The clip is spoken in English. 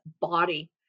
body